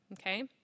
Okay